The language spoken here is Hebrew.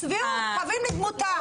הצביעות, קווים לדמותה.